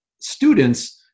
students